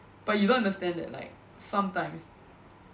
but you don't understand that like sometimes